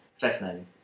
Fascinating